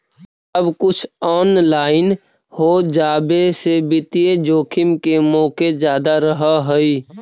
सब कुछ ऑनलाइन हो जावे से वित्तीय जोखिम के मोके जादा रहअ हई